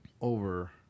over